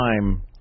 time